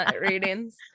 readings